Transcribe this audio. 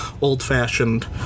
old-fashioned